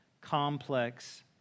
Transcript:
complex